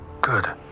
Good